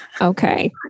Okay